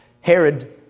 Herod